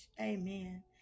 amen